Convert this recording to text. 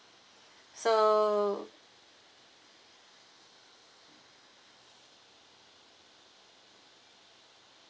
so